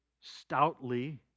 stoutly